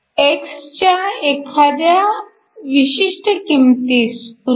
x च्या एखाद्या विशिष्ट किंमतीस उदा